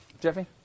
Jeffy